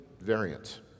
variants